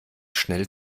schnell